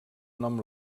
nom